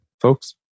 folks